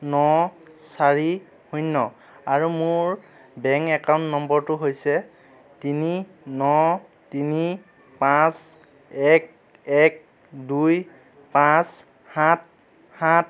ন চাৰি শূন্য আৰু মোৰ বেংক একাউণ্ট নম্বৰটো হৈছে তিনি ন তিনি পাঁচ এক এক দুই পাঁচ সাত সাত